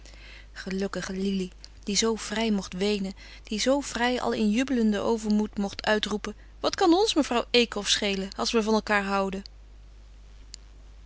gelukkige lili die zoo vrij mocht weenen die zoo vrij al in jubelenden overmoed mocht uitroepen wat kan ons mevrouw eekhof schelen als we van elkaâr houden